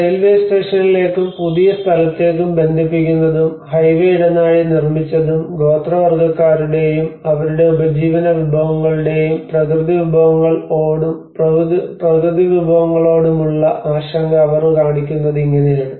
railway സ്റ്റേഷനിലേക്കും പുതിയ സ്ഥലത്തേക്കും ബന്ധിപ്പിക്കുന്നതും ഹൈവേ ഇടനാഴി നിർമ്മിച്ചതും ഗോത്രവർഗക്കാരുടെയും അവരുടെ ഉപജീവന വിഭവങ്ങളുടെയും പ്രകൃതിവിഭവങ്ങൾ ഓടും ഉള്ള ആശങ്ക അവർ കാണിച്ചത് ഇങ്ങനെയാണ്